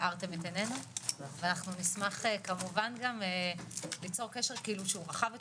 הערתם את עיננו ואנחנו נשמח כמובן גם ליצור קשר שהוא רחב יותר,